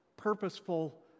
purposeful